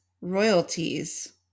royalties